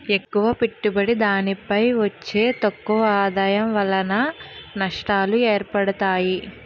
ఎక్కువ పెట్టుబడి దానిపై వచ్చే తక్కువ ఆదాయం వలన నష్టాలు ఏర్పడతాయి